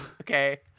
okay